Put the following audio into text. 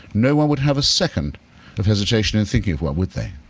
no one would have a second of hesitation in thinking of one, would they?